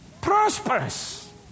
prosperous